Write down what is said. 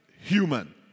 human